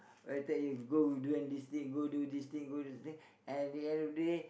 will attack you go do and this thing go do this thing go do this thing at the end of the day